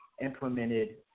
implemented